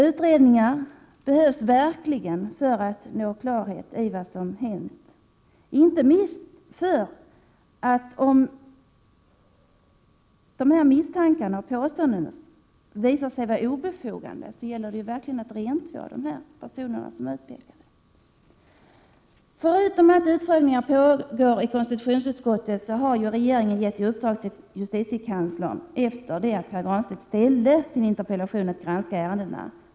Utredningar behövs verkligen för att nå klarhet i vad som hänt — inte minst för att, om dessa misstankar och påståenden visar sig vara obefogade, rentvå de personer som utpekats. Förutom att utfrågningar pågår i konstitutionsutskottet har ju regeringen — efter det att Pär Granstedt ställde sin interpellation — gett justitiekanslern i uppdrag att granska ärendena.